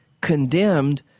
condemned